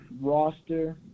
roster